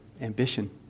ambition